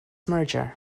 merger